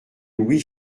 louis